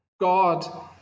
God